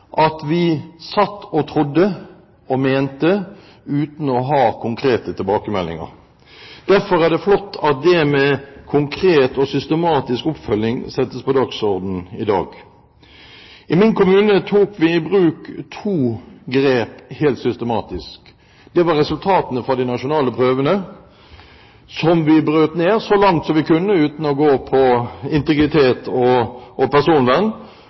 trodde og mente – uten å ha konkrete tilbakemeldinger. Derfor er det flott at det med konkret og systematisk oppfølging settes på dagsordenen i dag. I min kommune tok vi i bruk to grep helt systematisk. Det ene var resultatene fra de nasjonale prøvene, som vi brøt ned så langt vi kunne uten at det gikk ut over integritet og personvern.